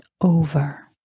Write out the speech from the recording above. over